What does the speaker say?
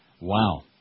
Wow